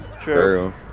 True